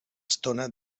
estona